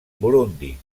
burundi